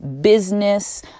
business